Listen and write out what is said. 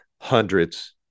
hundreds